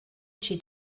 she